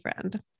friend